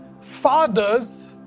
fathers